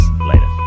Later